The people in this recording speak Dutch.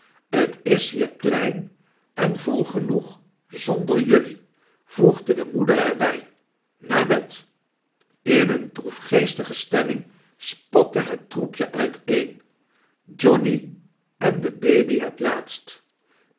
t is hier klein en vol gemoeg zonder jullie voegde de moeder er bij naar bed in eene droefgeestige stemming spatte het troepje uiteen johnny en de baby het laatst